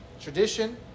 tradition